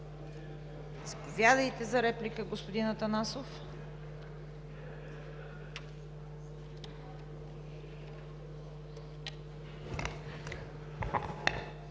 Заповядайте за реплика, господин Атанасов.